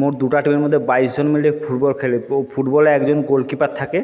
মোট দুটো টিমের মধ্যে বাইশজন মিলে ফুটবল খেলে ফুটবলে একজন গোলকিপার থাকে